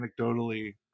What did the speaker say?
anecdotally